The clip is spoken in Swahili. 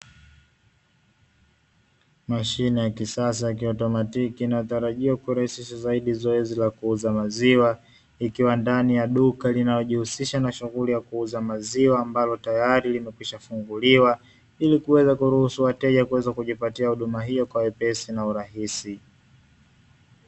Mashine ya kisasa ya kiautomatiki inayotarajiwa kurahisisha zaidi zoezi la kuuza maziwa, ikiwa ndani ya duka linalojihusisha na shughuli ya kuuza maziwa ,ambalo tayari limekwisha funguliwa, ili kuweza kuruhusu wateja kuweza kujipatia huduma hiyo kwa wepesi na urahisi.